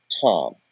Tom